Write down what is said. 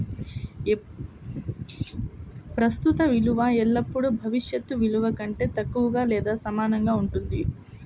ప్రస్తుత విలువ ఎల్లప్పుడూ భవిష్యత్ విలువ కంటే తక్కువగా లేదా సమానంగా ఉంటుంది